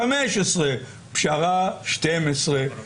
15 שנים והפשרה היא 12 שנים.